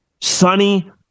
sunny